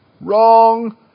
Wrong